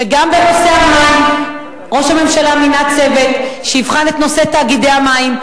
וגם בנושא המים ראש ממשלה מינה צוות שיבחן את נושא תאגידי המים,